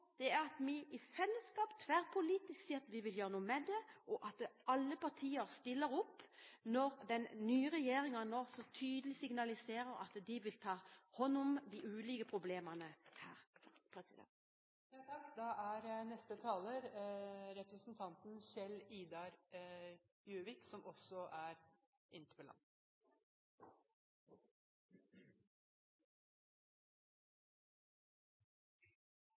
er at vi i fellesskap – tverrpolitisk – sier at vi vil gjøre noe med det, og at alle partier stiller opp når den nye regjeringen nå så tydelig signaliserer at de vil ta hånd om de ulike problemene her. Først vil jeg takke alle for en god debatt og gode innlegg. Det er